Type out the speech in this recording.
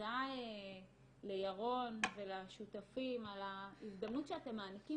ותודה לירון ולשותפים על ההזדמנות שאתם מעניקים